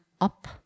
up